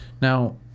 Now